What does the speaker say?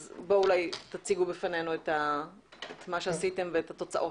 אז בואו אולי תציגו בפנינו את מה שעשיתם ואת התוצאות.